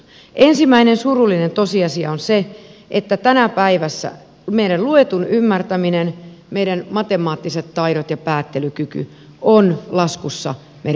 ensimmäinen surullinen tosiasia on se että tänä päivänä meidän luetun ymmärtäminen meidän matemaattiset taidot ja päättelykyky ovat laskussa meidän opiskelijoidemme suhteen